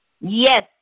Yes